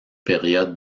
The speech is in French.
périodes